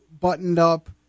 buttoned-up